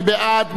מי בעד?